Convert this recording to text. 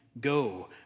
go